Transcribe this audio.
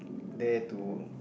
there to